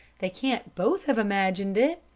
they can't both have imagined it.